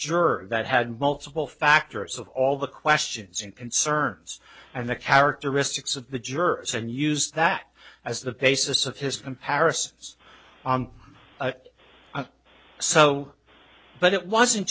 juror that had multiple factors of all the questions and concerns and the characteristics of the jurors and use that as the basis of his comparisons so but it wasn't